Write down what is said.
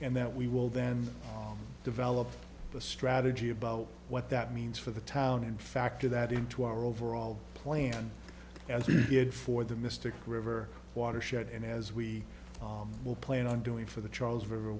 and that we will then develop the strategy about what that means for the town and factor that into our overall plan as he did for the mystic river watershed and as we will plan on doing for the charles river